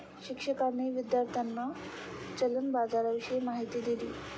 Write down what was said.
शिक्षकांनी विद्यार्थ्यांना चलन बाजाराविषयी माहिती दिली